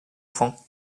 point